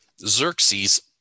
Xerxes